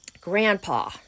grandpa